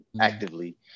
actively